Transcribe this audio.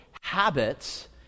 habits